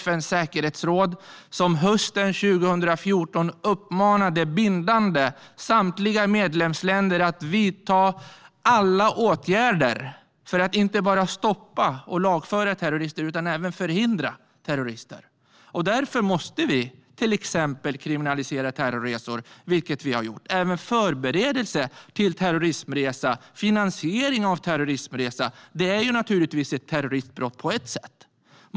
FN:s säkerhetsråd riktade hösten 2014 en bindande uppmaning till samtliga medlemsländer att vidta alla åtgärder för att inte bara stoppa och lagföra terrorister utan även förhindra terrorism. Därför måste vi till exempel kriminalisera terrorresor, vilket vi har gjort. Även förberedelse till och finansiering av terroristresa är naturligtvis ett terroristbrott på ett sätt.